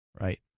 Right